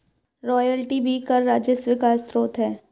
royalty भी कर राजस्व का स्रोत है